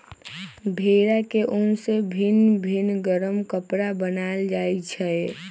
भेड़ा के उन से भिन भिन् गरम कपरा बनाएल जाइ छै